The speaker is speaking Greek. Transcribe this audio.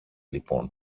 λοιπόν